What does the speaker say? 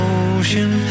ocean